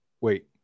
Wait